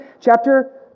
chapter